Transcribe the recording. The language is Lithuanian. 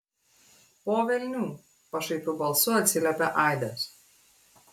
po velnių pašaipiu balsu atsiliepė aidas